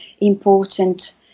important